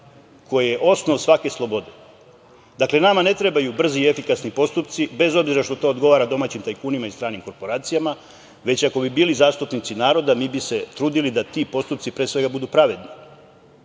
koje je osnov svake slobode. Dakle, nama ne trebaju brzi i efikasni postupci bez obzira što to odgovora domaćim tajkunima i stranim korporacijama, već ako bi bili zastupnici naroda mi bi se trudili da ti postupci pre svega budu pravedni. Zato